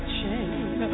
chain